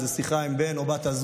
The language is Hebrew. איזו שיחה עם בן או בת הזוג,